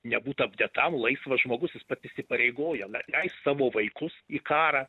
nebūt apdėtam laisvas žmogus jis taip įsipareigoja leist savo vaikus į karą